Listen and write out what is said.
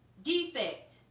Defect